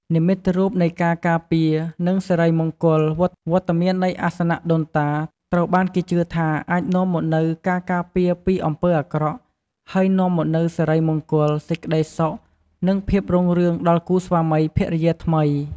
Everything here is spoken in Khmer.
និមិត្តរូបនៃការការពារ និងសិរីមង្គល វត្តមាននៃអាសនៈដូនតា ត្រូវបានគេជឿថាអាចនាំមកនូវការការពារពីអំពើអាក្រក់ ហើយនាំមកនូវសិរីមង្គល សេចក្ដីសុខ និងភាពរុងរឿងដល់គូស្វាមីភរិយាថ្មី។